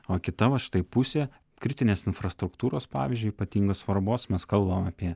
o kita štai pusė kritinės infrastruktūros pavyzdžiui ypatingos svarbos mes kalbam apie